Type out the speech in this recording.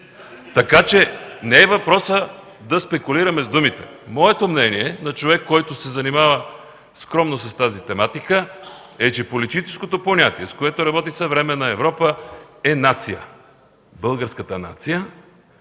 Така че не е въпросът да спекулираме с думите. Моето мнение – на човек, който се занимава скромно с тази тематика, е, че политическото понятие, с което работи съвременна Европа, е „нация”. Българската нация